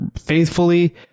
faithfully